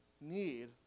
need